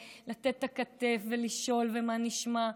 לתת את הכתף ולשאול ומה נשמע,